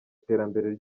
iterambere